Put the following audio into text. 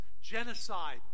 genocide